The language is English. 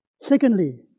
Secondly